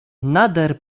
nader